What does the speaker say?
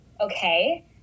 Okay